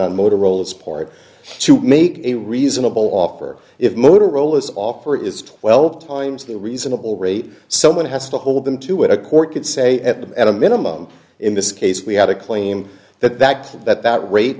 on motorola's part to make a reasonable offer if motorola's offer is twelve times the reasonable rate someone has to hold them to it a court could say at a minimum in this case we had a claim that that that that rate